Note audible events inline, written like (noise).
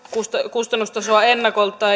kustannustasoa ennakolta (unintelligible)